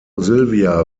silvia